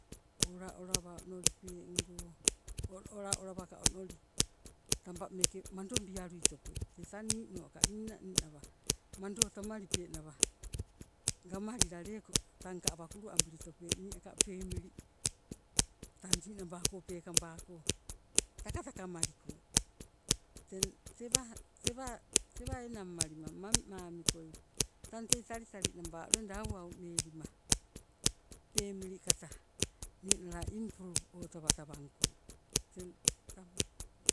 Ola olawa onolipengo, ola olawaka onoli tambe meeke mandobialuitope tee tan ninoka ninaninawa mando tamalipenawa gamalila leko tangka awa kuluabilitope nii aka pemili tang ninabako peekabako takataka maliko. Teng tewa tewa enang malima mamimamikoi tang tei talitali naba loida aumelima pemili kata ninala improve o tawa tawangko, teng tabo.